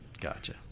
Gotcha